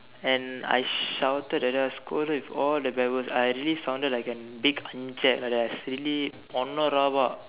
and I shouted at her I scold her with all the bad words I really sounded like a big anjack like that I really பொன்ன:ponna rabak